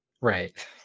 right